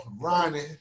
Ronnie